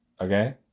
Okay